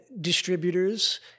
distributors